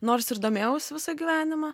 nors ir domėjausi visą gyvenimą